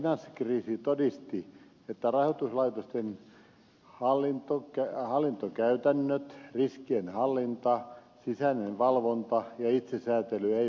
yhdysvaltain finanssikriisi todisti että rahoituslaitosten hallintokäytännöt riskien hallinta sisäinen valvonta ja itsesäätely eivät toimi